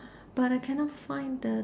but I cannot find the